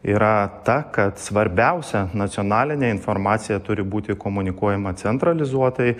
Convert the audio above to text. yra ta kad svarbiausia nacionalinė informacija turi būti komunikuojama centralizuotai